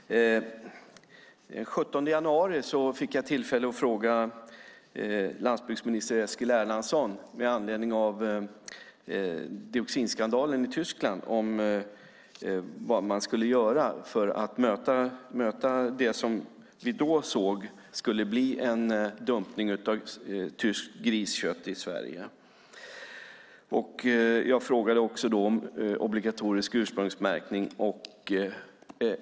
Herr talman! Den 17 januari fick jag med anledning av dioxinskandalen i Tyskland tillfälle att fråga landsbygdsminister Eskil Erlandsson vad man skulle göra för att möta det vi då såg skulle bli en dumpning av tyskt griskött i Sverige. Jag frågade också om obligatorisk ursprungsmärkning.